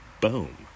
Boom